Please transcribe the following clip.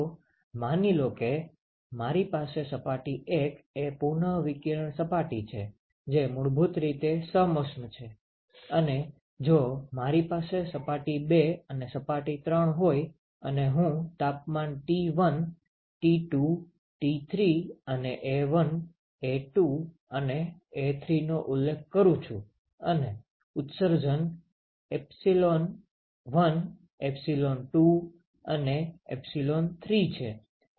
તો માની લો કે મારી પાસે સપાટી 1 એ પુનઃવિકિરણ સપાટી છે જે મૂળભૂત રીતે સમોષ્મ છે અને જો મારી પાસે સપાટી 2 અને સપાટી 3 હોય અને હું તાપમાન T1 T2 T3 અને A1 A2 અને A3 નો ઉલ્લેખ કરું છું અને ઉત્સર્જન એપ્સિલોન1 એપ્સિલોન2 અને એપ્સિલોન3 છે